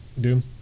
Doom